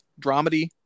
dramedy